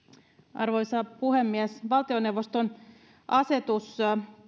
arvoisa puhemies valtioneuvoston asetus